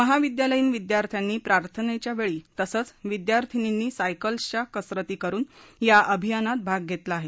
महाविद्यालयीन विद्यार्थ्यांनी प्रार्थनेच्या वेळी तसंच विद्यार्थीनींनी सायकलच्या कसरती करुन या अभियानात भाग घेतला आहे